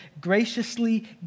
graciously